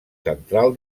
central